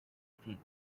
king